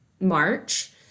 March